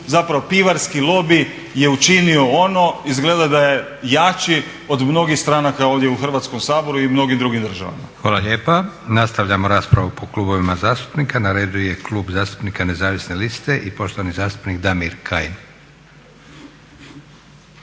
zapravo pivarski lobij je učinio ono izgleda da je jači od mnogih stranaka ovdje u Hrvatskom saboru i mnogim drugim državama. **Leko, Josip (SDP)** Hvala lijepa. Nastavljamo raspravu po klubovima zastupnika. Na redu je Klub zastupnika Nezavisne liste i poštovani zastupnik Damir Kajin.